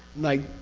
like,